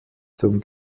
zum